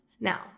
Now